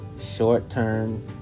short-term